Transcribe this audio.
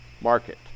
market